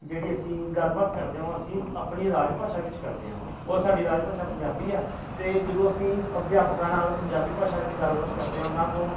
ਜਿਹੜੀ ਅਸੀਂ ਗੱਲਬਾਤ ਕਰਦੇ ਹਾਂ ਉਹ ਅਸੀਂ ਆਪਣੀ ਰਾਜ ਭਾਸ਼ਾ ਵਿੱਚ ਕਰਦੇ ਹਾਂ ਔਰ ਸਾਡੀ ਰਾਜ ਭਾਸ਼ਾ ਪੰਜਾਬੀ ਆ ਅਤੇ ਜਦੋਂ ਅਸੀਂ ਅਧਿਆਪਕਾਂ ਨਾਲ ਪੰਜਾਬੀ ਭਾਸ਼ਾ ਵਿੱਚ ਗੱਲਬਾਤ ਕਰਦੇ ਹਾਂ ਉਹਨਾਂ ਤੋਂ